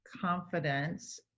confidence